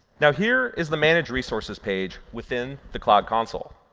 now, here is the manage resources page within the cloud console,